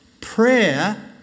prayer